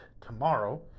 tomorrow